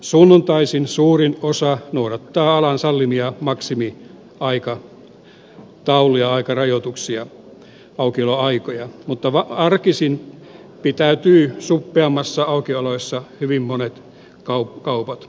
sunnuntaisin suurin osa noudattaa alan sallimia maksimiaukioloaikoja mutta arkisin hyvin monet kaupat pitäytyvät suppeammissa aukioloajoissa